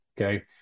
okay